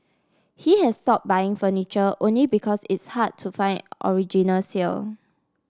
he has stopped buying furniture only because it's hard to find originals here